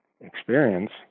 experience